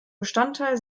bestandteil